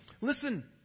Listen